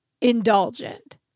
indulgent